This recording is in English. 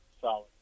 solid